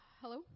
Hello